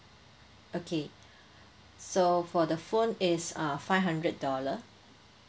okay so for the phone is uh five hundred dollar